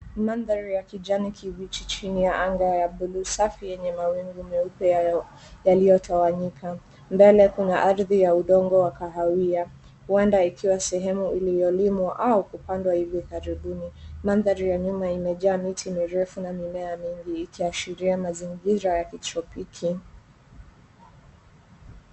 Madhari ya kijani kibichi chini ya anga ya buluu safi yenye mawingu meupe yaliyotawanyika. Mbele kuna ardhi ya udongo wa kahawia huenda ikiwa sehemu iliyolimwa au kupandwa hivi karibuni, mandhari ya nyuma imejaa miti mirefu na mimea mingi ikiashiria mazingira ya kitropiki.